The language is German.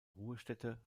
ruhestätte